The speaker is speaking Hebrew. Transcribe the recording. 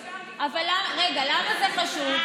רגע, אבל למה זה חשוב?